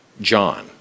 John